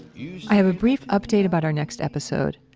yeah i have a brief update about our next episode.